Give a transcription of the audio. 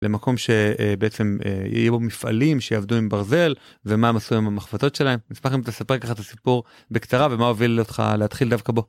למקום שבעצם יהיו מפעלים שיעבדו עם ברזל, ומה מסוים המחבתות שלהם מספר, אספר ככה את הסיפור בקצרה ומה הוביל אותך להתחיל דווקא בו.